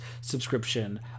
subscription